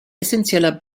essenzieller